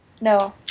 No